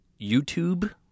YouTube